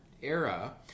era